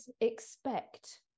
expect